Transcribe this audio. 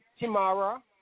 Timara